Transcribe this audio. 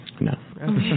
No